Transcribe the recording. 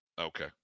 Okay